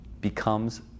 becomes